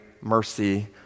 mercy